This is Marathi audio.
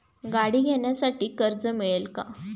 गाडी घेण्यासाठी कर्ज मिळेल का?